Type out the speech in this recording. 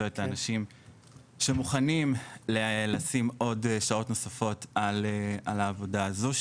את האנשים שמוכנים לשים עוד שעות נוספות על העבודה הזו,